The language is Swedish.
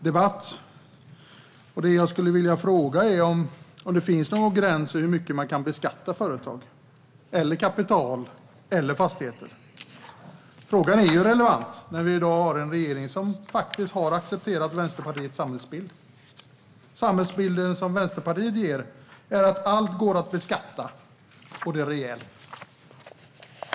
Det jag skulle vilja fråga är om det finns någon gräns för hur mycket man kan beskatta företag, kapital och fastigheter. Frågan är relevant när vi i dag har en regering som faktiskt har accepterat Vänsterpartiets samhällsbild. Samhällsbilden Vänsterpartiet ger är att allt går att beskatta - och det rejält.